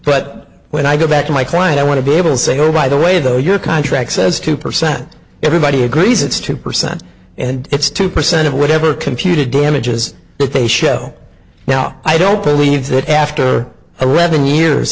but when i go back to my client i want to be able to say oh by the way though your contract says two percent everybody agrees it's two percent and it's two percent of whatever computer damages but they show now i don't believe that after i revenue years